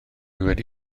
wedi